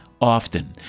often